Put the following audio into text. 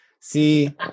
see